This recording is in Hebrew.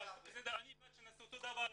אני בעד שנעשה אותו דבר לאחיות,